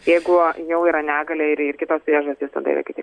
jeigu jau yra negalia ir kitos priežastys tada yra kiti